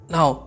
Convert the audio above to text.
Now